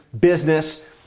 business